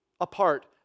apart